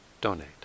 donate